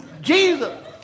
Jesus